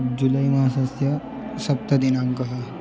जुलैमासस्य सप्तमः दिनाङ्कः